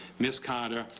ms. carter,